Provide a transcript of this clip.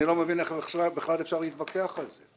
אני לא מבין איך בכלל אפשר להתווכח על זה.